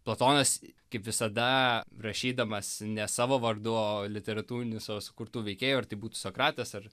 platonas kaip visada rašydamas ne savo vardu o literatūrinių savo sukurtų veikėjų ar tai būtų sokratas ar